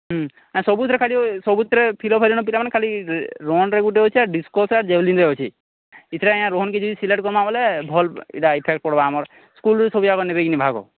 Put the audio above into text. ନାଇଁ ସବୁଥିରେ ଖାଲି ସବୁଥିରେ ଫିଲ୍ ଅପ୍ ହେଲେନ ପିଲାମାନେ ଖାଲି ରନ୍ରେ ଗୁଟେ ଅଛେ ଆର୍ ଡିସ୍କସ୍ରେ ଅଛେ ଆର୍ ଯେଭ୍ଲିନ୍ରେ ଅଛେ ଇଥିରେ ଆଜ୍ଞା ରୋହନ୍କେ ଯଦି ସିଲେକ୍ଟ କର୍ମା ବଏଲେ ଭଲ୍ ଇଟା ଇଫେକ୍ଟ୍ ପଡ଼୍ବା ଆମର୍ ସ୍କୁଲ୍ରୁ ସବୁଯାକ ନେବେ କିିନି ଭାଗ